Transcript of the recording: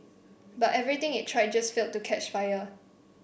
but everything it tried just failed to catch fire